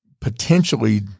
potentially